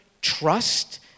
trust